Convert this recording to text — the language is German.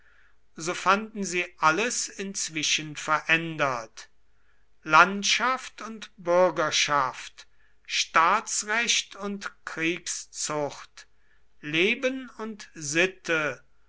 so fanden sie alles inzwischen verändert landschaft und bürgerschaft staatsrecht und kriegszucht leben und sitte